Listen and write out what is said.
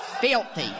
filthy